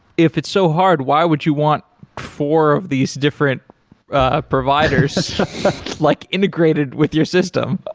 if it's so hard, why would you want four of these different ah providers like integrated with your system?